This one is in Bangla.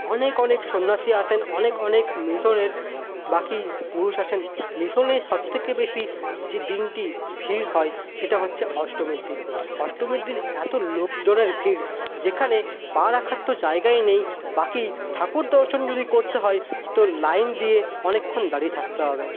অনেক অনেক সন্ন্যাসী আসেন অনেক অনেক মিশনের বাকি পুরুষ আসেন মিশনের সবথেকে বেশি যে দিনটি ভিড় হয় সেটা হচ্ছে অষ্টমীর দিন অষ্টমীর দিন এত লোকজনের ভিড় যেখানে পা রাখার তো জায়গাই নেই বাকি ঠাকুর দর্শন যদি করতে হয় তো লাইন দিয়ে অনেকক্ষণ দাঁড়িয়ে থাকতে হবে